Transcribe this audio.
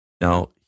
Now